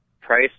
price